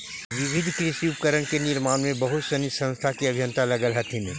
विविध कृषि उपकरण के निर्माण में बहुत सनी संस्था के अभियंता लगल हथिन